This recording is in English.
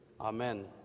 Amen